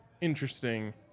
interesting